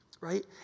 Right